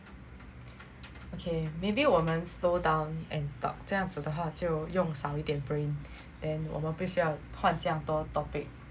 okay maybe 我们 slowdown and talk 这样子的话我们就用少一点 brain then 我们不需要换这样多 topic